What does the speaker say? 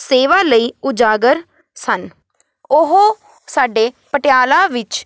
ਸੇਵਾ ਲਈ ਉਜਾਗਰ ਸਨ ਉਹ ਸਾਡੇ ਪਟਿਆਲਾ ਵਿੱਚ